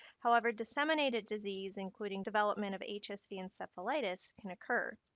however, disseminated disease, including development of hsv encephalitis, can occur.